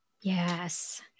Yes